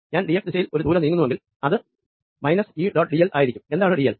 ഞാൻ d x ദിശയിൽ ഒരു ദൂരം നീങ്ങുന്നുവെങ്കിൽ അത് മൈനസ് ഈ ഡോട്ട് ഡിഎൽ ആയിരിക്കും എന്താണ് ഡിഎൽ